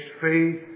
faith